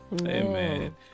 Amen